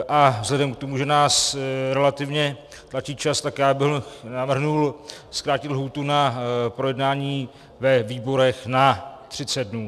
A vzhledem k tomu, že nás relativně tlačí čas, tak bych navrhl zkrátit lhůtu na projednání ve výborech na třicet dnů.